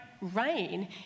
rain